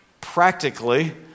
Practically